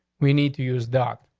we need to use doc.